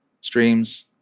streams